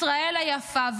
ישראל היפה.